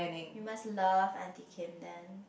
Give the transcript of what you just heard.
you must love aunty Kim then